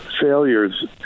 failures